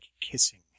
kissing